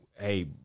hey